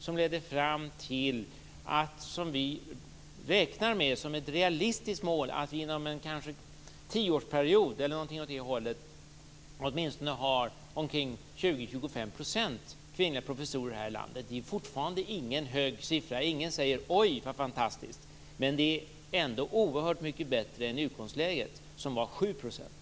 Det leder fram till det vi räknar med som ett realistiskt mål, att inom kanske en tioårsperiod ha åtminstone 20-25 % kvinnliga professorer här i landet. Det är fortfarande ingen hög andel - ingen säger att det är fantastiskt - men det är oerhört mycket bättre än utgångsläget, som var 7 %.